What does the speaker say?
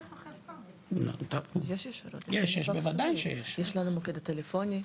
יש ישירות, יש לנו מוקד טלפוני.